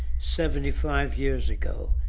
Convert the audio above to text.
seventy five years ago.